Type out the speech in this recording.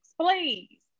please